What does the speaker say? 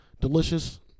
delicious